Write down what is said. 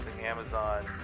Amazon